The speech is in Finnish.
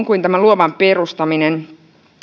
kuin tämä luovan perustaminen